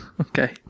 Okay